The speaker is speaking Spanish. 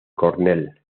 cornell